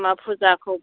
मा फुजाखौ फा